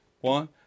One